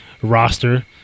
roster